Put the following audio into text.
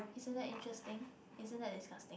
isn't that interesting isn't that disgusting